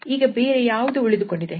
ಈಗ ಬೇರೆ ಯಾವುದು ಉಳಿದುಕೊಂಡಿದೆ